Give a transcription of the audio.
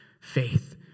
faith